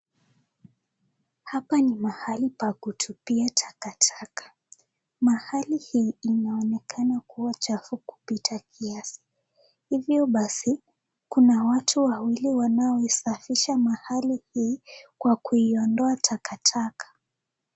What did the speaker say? Hapa ni mahali pa kutupia takataka, mahali hii inaonekana kuwa uchafu kupita kiasi hivyo basi kuna watu wawili wanasafisha mahali hii kwa kuiondoa takataka.